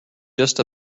just